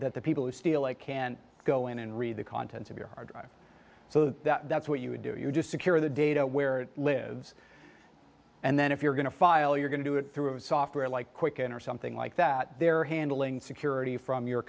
that the people who steal it can go in and read the contents of your hard drive so that that's what you would do you just secure the data where it lives and then if you're going to file you're going to do it through software like quicken or something like that they're handling security from your